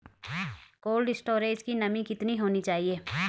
Cold storage की नमी कितनी होनी चाहिए?